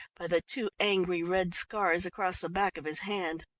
by the two angry red scars across the back of his hand.